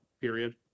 Period